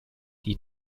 die